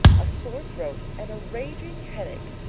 a sore throat, and a raging headache.